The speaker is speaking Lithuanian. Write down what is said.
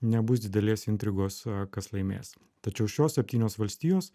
nebus didelės intrigos kas laimės tačiau šios septynios valstijos